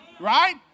Right